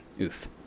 Oof